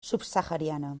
subsahariana